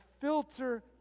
filter